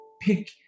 pick